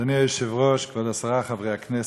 אדוני היושב-ראש, כבוד השרה, חברי הכנסת,